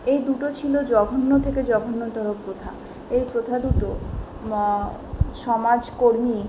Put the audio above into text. এই দুটো ছিলো জঘন্য থেকে জঘন্যতর প্রথা এই প্রথা দুটো সমাজকর্মী